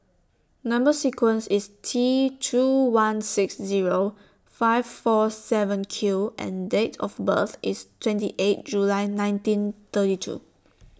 Number sequence IS T two one six Zero five four seven Q and Date of birth IS twenty eighth July nineteen thirty two